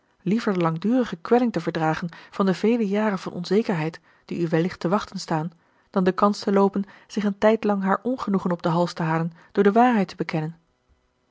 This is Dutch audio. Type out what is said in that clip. liever de langdurige kwelling te verdragen van de vele jaren van onzekerheid die u wellicht te wachten staan dan de kans te loopen zich een tijdlang haar ongenoegen op den hals te halen door de waarheid te bekennen